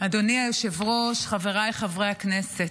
אדוני היושב-ראש, חבריי חברי הכנסת,